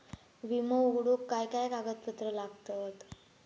विमो उघडूक काय काय कागदपत्र लागतत?